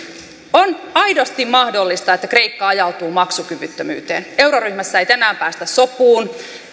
on aidosti mahdollista että kreikka ajautuu maksukyvyttömyyteen euroryhmässä ei tänään päästä sopuun